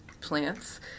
plants